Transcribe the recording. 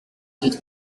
with